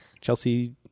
Chelsea